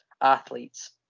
athletes